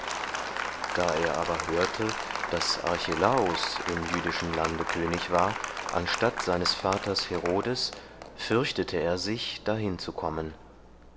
da er aber hörte daß archelaus im jüdischen lande könig war anstatt seines vaters herodes fürchtete er sich dahin zu kommen